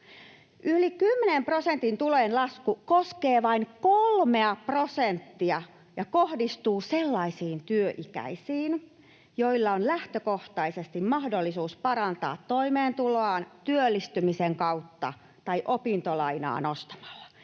Yli 10 prosentin tulojen lasku koskee vain 3:a prosenttia ja kohdistuu sellaisiin työikäisiin, joilla on lähtökohtaisesti mahdollisuus parantaa toimeentuloaan työllistymisen kautta tai opintolainaa nostamalla.